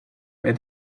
where